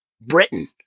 Britain